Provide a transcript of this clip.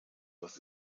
was